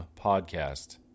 podcast